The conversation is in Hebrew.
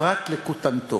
פרט לכותנתו.